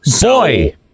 Boy